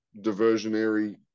diversionary